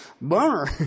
Bummer